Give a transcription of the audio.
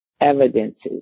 evidences